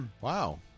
wow